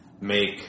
make